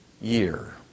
year